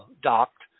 docked